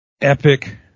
epic